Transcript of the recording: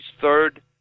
third